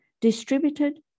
distributed